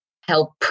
help